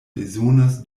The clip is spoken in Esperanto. bezonas